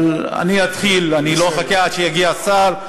אבל אני אתחיל, אני לא אחכה עד שיגיע שר.